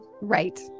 Right